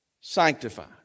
sanctified